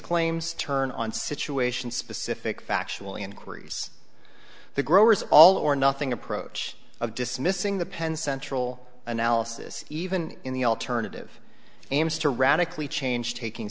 claims turn on situation specific factual inquiries the growers all or nothing approach of dismissing the penn central analysis even in the alternative aims to radically change taking